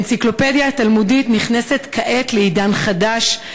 "האנציקלופדיה התלמודית" נכנסת כעת לעידן חדש,